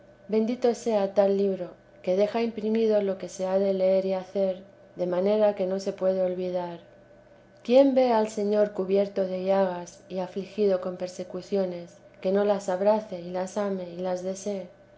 bendito sea tal libro que deja imprimido lo que se ha de leer y hacer de manera que no se puede olvidar quién ve al señor cubierto de llagas y afligido con persecuciones que no las abrace y las ame y las desee